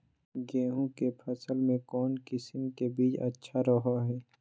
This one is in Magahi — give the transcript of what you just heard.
गेहूँ के फसल में कौन किसम के बीज अच्छा रहो हय?